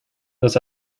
this